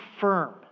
firm